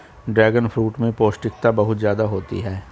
dragon fruit में पौष्टिकता बहुत ज्यादा होती है